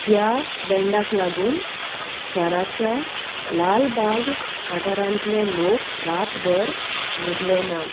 ह्या बँडाक लागून शाराच्या लालबाग वाठारांतले लोक रातभर न्हिदले नात